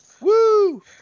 Woo